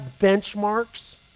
benchmarks